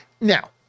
Now